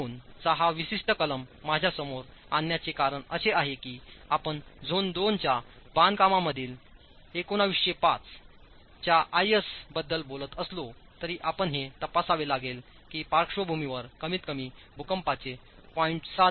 2 चा हा विशिष्ट कलम माझ्यासमोर आणण्याचे कारण असे आहे की आपण झोन II च्या बांधकामांमधील 1905 च्या आयएस बद्दल बोलत असलो तरी आपण हे तपासावे लागेल की पार्श्वभूमीवर कमीतकमी भूकंपाचे वजन 0